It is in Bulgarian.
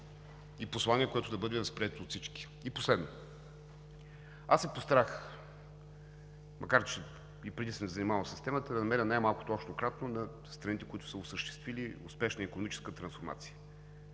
и послание, което да бъде възприето от всички. Последно, аз се постарах, макар че и преди съм се занимавал с темата, да намеря най-малкото общо кратно на страните, които са осъществили успешна икономическа трансформация,